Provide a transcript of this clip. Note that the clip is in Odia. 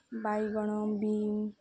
ବାଇଗଣ ବିନ୍